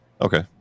Okay